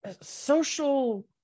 social